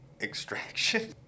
Extraction